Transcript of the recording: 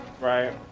Right